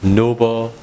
noble